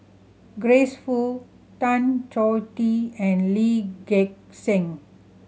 Grace Fu Tan Choh Tee and Lee Gek Seng